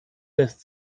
lässt